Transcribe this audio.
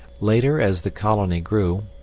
later, as the colony grew,